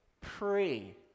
pray